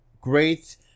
Great